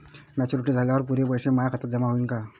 Maturity झाल्यावर पुरे पैसे माया खात्यावर जमा होईन का?